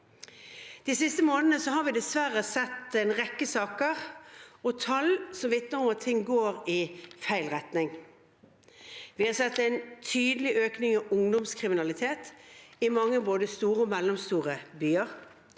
De siste månedene har vi dessverre sett en rekke saker og tall som vitner om at ting går i feil retning. Vi har sett en tydelig økning i ungdomskriminalitet i mange både store og mellomstore byer.